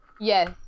Yes